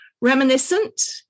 reminiscent